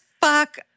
fuck